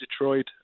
Detroit